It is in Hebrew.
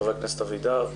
חבר הכנסת אבידר,